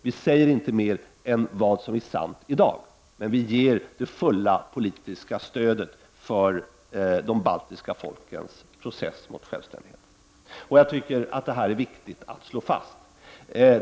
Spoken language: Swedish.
Vi säger inte mer än vad som är sant i dag, men vi ger det fulla politiska stödet för de baltiska folkens process mot självständighet. Jag tycker att detta är viktigt att slå fast.